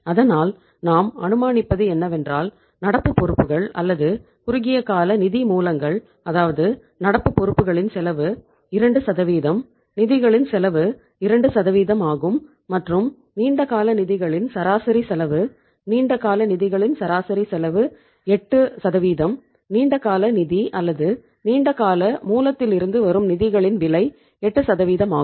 அதனால் நாம் அனுமானிப்பது என்னவென்றால் நடப்பு பொறுப்புகள் அல்லது குறுகிய கால நிதி மூலங்கள் அதாவது நடப்பு பொறுப்புகளின் செலவு 2 நிதிகளின் செலவு 2 ஆகும் மற்றும் நீண்ட கால நிதிகளின் சராசரி செலவு நீண்ட கால நிதிகளின் சராசரி செலவு 8 நீண்ட கால நிதி அல்லது நீண்ட கால மூலத்திலிருந்து வரும் நிதிகளின் விலை 8 ஆகும்